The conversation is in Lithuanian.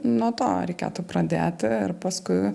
nuo to reikėtų pradėti ir paskui